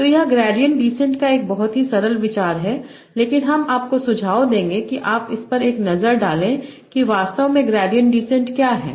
तो यह gradient descent का एक बहुत ही सरल विचार है लेकिन हम आपको सुझाव देंगे कि आप इस पर एक नज़र डालें कि वास्तव में ग्रेडिंग डिसेंट क्या है